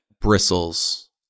bristles